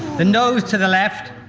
the noes to the left,